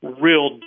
real